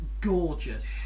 gorgeous